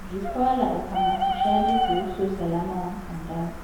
Jukwaa la uhamasishaji kuhusu usalama wa mtandao.